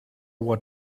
what